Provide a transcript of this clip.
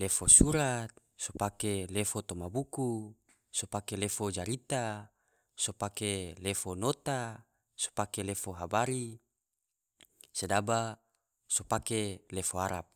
lefo surat, so pake lefo toma buku, so pake lefo jarita, so pake lefo nota, so pake lefo habari, sedaba so pake lefo arab.